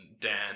Dan